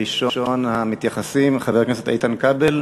ראשון המתייחסים, חבר הכנסת איתן כבל,